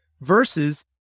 versus